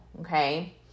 Okay